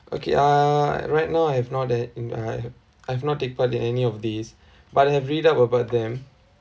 okay uh right now I have not that uh I I've not take part in any of these but have read up about them